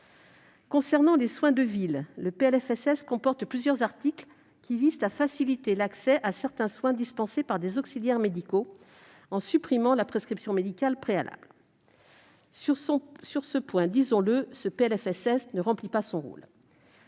Concernant les soins de ville, le PLFSS comporte plusieurs articles qui visent à faciliter l'accès à certains soins dispensés par des auxiliaires médicaux, en supprimant la prescription médicale préalable. Sur ce point, disons-le, il ne remplit pas son rôle.